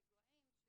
רגועים,